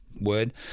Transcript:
word